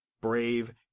brave